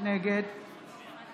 נגד חיים ביטון,